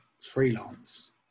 freelance